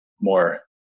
more